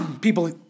people